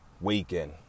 weekend